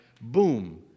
boom